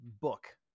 book